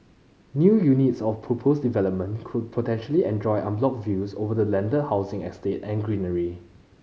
new units of proposed development could potentially enjoy unblocked views over the landed housing estate and greenery